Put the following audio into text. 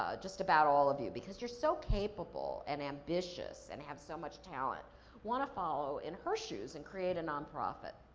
ah just about all of you, because you're so capable and ambitious and have so much talent, and wanna follow in her shoes and create a non-profit.